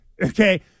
Okay